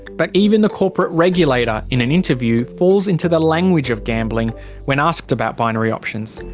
but even the corporate regulator in an interview falls into the language of gambling when asked about binary options.